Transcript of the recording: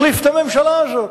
החליף את הממשלה הזאת.